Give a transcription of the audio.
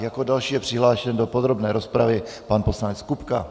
Jako další je přihlášen do podrobné rozpravy pan poslanec Kupka.